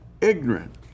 ignorant